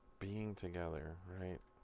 being together.